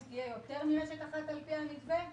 תהיה יותר מרשת אחת על פי המתווה,